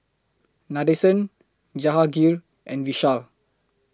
Nadesan Jahangir and Vishal